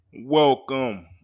Welcome